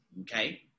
okay